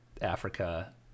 Africa